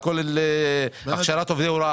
כל התוכנית שמיועדת להכשיר את עובדי ההוראה,